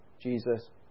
Jesus